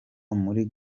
muri